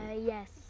Yes